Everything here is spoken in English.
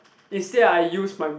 instead I use my